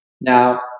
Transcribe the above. Now